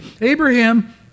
Abraham